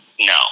no